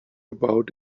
about